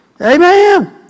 Amen